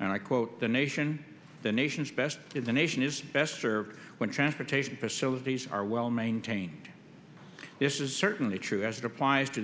and i quote the nation the nation's best in the nation is best served when transportation facilities are well maintained this is certainly true as it applies to